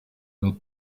will